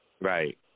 Right